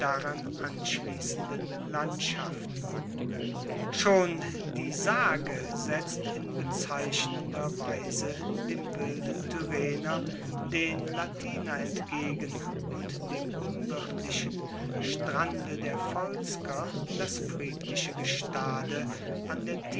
anschliessenden landschaften schon die sage setzt in bezeichnender weise dem wilden tyrrhener den latiner entgegen und dem unwirtlichen strande der volsker das friedliche gestade